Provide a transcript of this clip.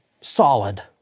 solid